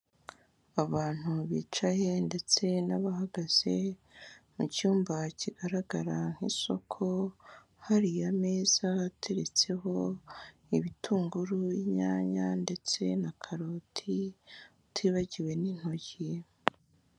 Abantu bicaye ndetse n'abahagaze, mu cyumba kigaragara nk'isoko, hari ameza ateretseho ibitunguru, inyanya ndetse na karoti, utibagiwe n'intoryi.